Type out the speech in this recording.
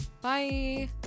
Bye